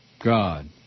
God